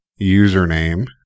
username